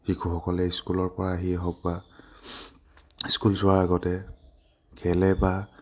শিশুসকলে স্কুলৰ পৰা আহিয়ে হওক বা স্কুল যোৱাৰ আগতে খেলে বা